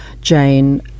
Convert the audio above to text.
Jane